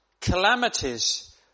calamities